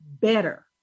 better